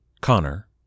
Connor